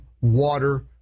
water